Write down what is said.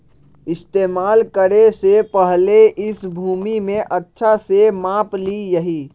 इस्तेमाल करे से पहले इस भूमि के अच्छा से माप ली यहीं